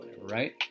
right